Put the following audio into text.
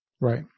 Right